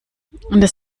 das